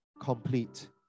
complete